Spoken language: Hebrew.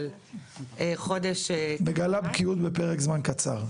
אבל חודש ב --- מגלה בקיאות בפרק זמן קצר.